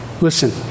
Listen